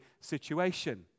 situation